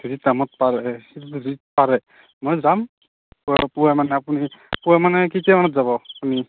পাৰে পাৰে মই যাম পুৱাই মানে আপুনি পুৱাই মানে কেইটামানত যাব আপুনি